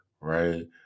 right